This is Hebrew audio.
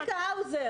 צביקה האוזר